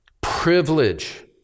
privilege